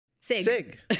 Sig